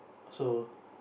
so